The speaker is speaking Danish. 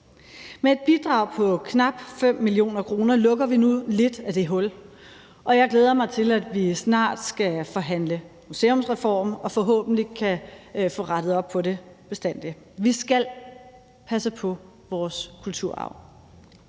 Med et bidrag på knap 5 mio. kr. lukker vi nu noget af det hul, og jeg glæder mig til, at vi snart skal forhandle museumsreform og forhåbentlig kan få rettet op på det for bestandig. Vi skal passe på vores kulturarv.